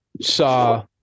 saw